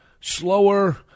slower